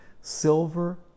silver